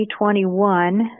2021